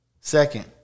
Second